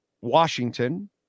Washington